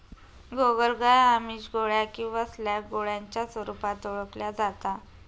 गोगलगाय आमिष, गोळ्या किंवा स्लॅग गोळ्यांच्या स्वरूपात ओळखल्या जाता